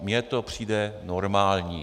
Mně to přijde normální.